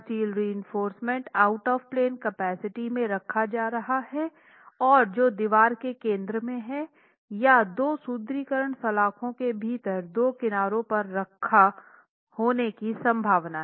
क्या steel reinforcement out of plane capacity में रखा जा रहा है और जो दीवार के केंद्र में है या दो सुदृढीकरण सलाख़ों के भीतर दूर किनारों पर रखा होने की संभावना